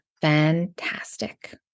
fantastic